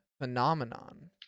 phenomenon